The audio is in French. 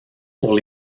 pour